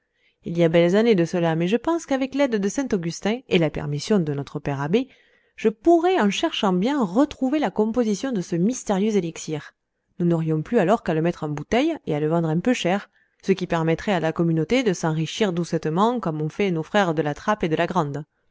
il y a belles années de cela mais je pense qu'avec l'aide de saint augustin et la permission de notre père abbé je pourrais en cherchant bien retrouver la composition de ce mystérieux élixir nous n'aurions plus alors qu'à le mettre en bouteilles et à le vendre un peu cher ce qui permettrait à la communauté de s'enrichir doucettement comme ont fait nos frères de la trappe et de la grande